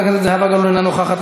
חברת הכנסת זהבה גלאון, אינה נוכחת.